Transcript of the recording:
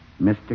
Mr